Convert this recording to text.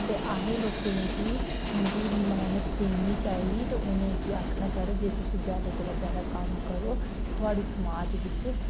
ते अहें लोकें गी उंदी मेह्नत देनी चाहिदी ते उनेंगी आक्खना चाहिदा जे तुस ज्यादा कोला ज्यादा कम्म करो ते थुआढ़ी समाज बिच्च